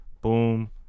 boom